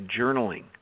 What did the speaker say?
journaling